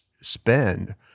spend